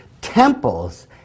temples